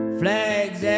flags